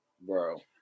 bro